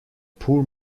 poor